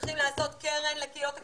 צריכים לעשות קרן לקהילות הקטנות.